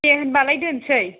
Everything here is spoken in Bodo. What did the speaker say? दे होनबालाय दोननोसै